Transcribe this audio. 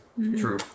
True